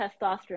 testosterone